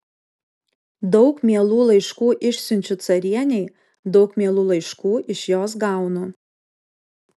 daug mielų laiškų išsiunčiu carienei daug mielų laiškų iš jos gaunu